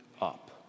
up